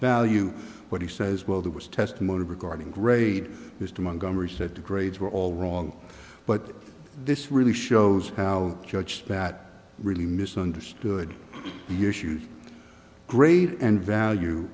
value but he says well there was testimony regarding grade mr montgomery said the grades were all wrong but this really shows how judge that really misunderstood the issues grade and value